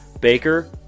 Baker